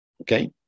okay